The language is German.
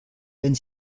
wenn